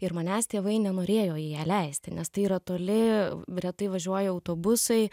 ir manęs tėvai nenorėjo į ją leisti nes tai yra toli retai važiuoja autobusai